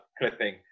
clipping